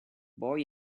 boy